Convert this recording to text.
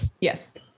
Yes